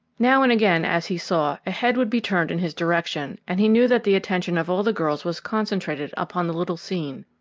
now and again, as he saw, a head would be turned in his direction, and he knew that the attention of all the girls was concentrated upon the little scene,